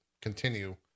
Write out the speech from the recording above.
continue